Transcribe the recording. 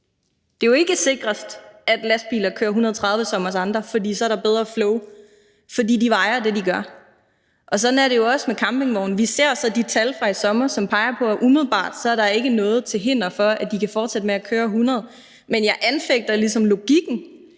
Det er jo ikke sikrest, at lastbiler kører 130 som os andre, fordi der så er bedre flow, for de vejer det, de gør. Sådan er det også med campingvogne. Vi ser så de tal fra i sommer, som peger på, at der umiddelbart ikke er noget til hinder for, at de kan fortsætte med at køre 100. Men jeg anfægter ligesom logikken